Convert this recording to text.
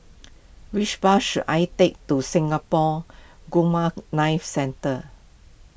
which bus should I take to Singapore Gamma Knife Centre